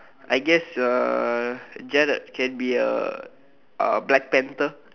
I guess uh Gerald can be a uh black panther